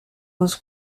was